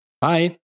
Bye